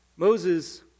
Moses